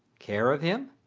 care of him?